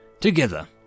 Together